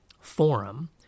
forum